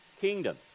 kingdom